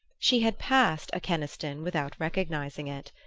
she had passed a keniston without recognizing it.